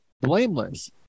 blameless